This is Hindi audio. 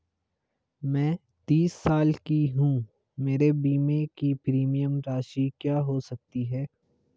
मैं तीस साल की हूँ मेरे बीमे की प्रीमियम राशि क्या हो सकती है?